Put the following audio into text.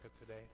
today